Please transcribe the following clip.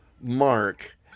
Mark